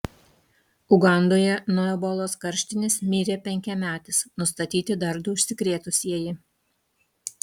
ugandoje nuo ebolos karštinės mirė penkiametis nustatyti dar du užsikrėtusieji